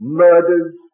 murders